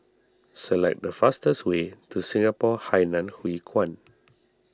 select the fastest way to Singapore Hainan Hwee Kuan